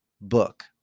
book